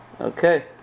Okay